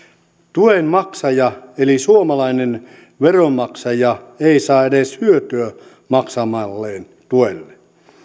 tuen maksaja eli suomalainen veronmaksaja ei saa edes hyötyä maksamalleen tuelle